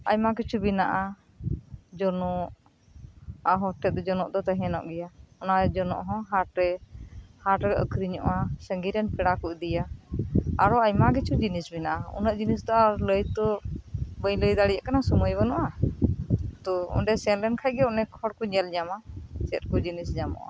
ᱟᱭᱢᱟ ᱠᱤᱪᱷᱩ ᱵᱮᱱᱟᱜᱼᱟ ᱡᱚᱱᱚᱜ ᱟᱨ ᱦᱚᱲᱴᱷᱮᱱ ᱫᱚ ᱡᱚᱱᱚᱜ ᱫᱚ ᱛᱟᱦᱮᱱᱚᱜ ᱜᱮᱭᱟ ᱚᱱᱟ ᱡᱚᱱᱚᱜ ᱦᱚᱸ ᱦᱟᱴᱨᱮ ᱦᱟᱴᱨᱮ ᱟᱹᱠᱷᱨᱤᱧᱚᱜᱼᱟ ᱥᱟᱺᱜᱤᱧ ᱨᱮᱱ ᱯᱮᱲᱟᱠᱚ ᱤᱫᱤᱭᱟ ᱟᱨᱚ ᱟᱭᱢᱟ ᱠᱤᱪᱷᱩ ᱡᱤᱱᱤᱥ ᱢᱮᱱᱟᱜᱼᱟ ᱩᱱᱟᱹᱜ ᱡᱤᱱᱤᱥᱛᱚ ᱟᱨ ᱞᱟᱹᱭᱛᱚ ᱵᱟᱹᱧ ᱞᱟᱹᱭᱫᱟᱲᱮᱭᱟᱜ ᱠᱟᱱᱟ ᱥᱮ ᱥᱳᱢᱳᱹᱭ ᱵᱟᱹᱱᱩᱜᱼᱟ ᱛᱚ ᱚᱸᱰᱮ ᱥᱮᱱᱞᱮᱱ ᱠᱷᱟᱱᱜᱮ ᱚᱱᱮᱠ ᱦᱚᱲᱠᱚ ᱧᱮᱞ ᱧᱟᱢᱟ ᱪᱮᱫ ᱠᱚ ᱡᱤᱱᱤᱥ ᱧᱟᱢᱚᱜᱼᱟ